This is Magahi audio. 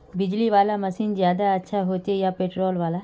बिजली वाला मशीन ज्यादा अच्छा होचे या पेट्रोल वाला?